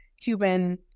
Cuban